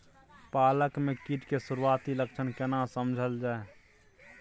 पालक में कीट के सुरआती लक्षण केना समझल जाय?